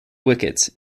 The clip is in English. wickets